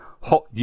hot